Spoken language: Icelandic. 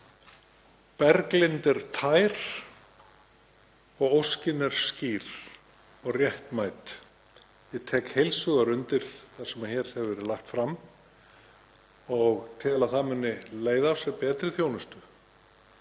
Berglind er tær og óskin er skýr og réttmæt. Ég tek heils hugar undir það sem hér hefur verið lagt fram og tel að það muni leiða af sér betri þjónustu